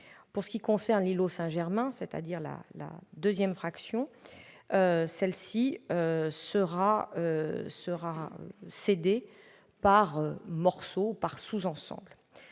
Paris. Concernant l'îlot Saint-Germain, c'est-à-dire la seconde fraction, celle-ci sera cédée par morceaux ou par sous-ensembles.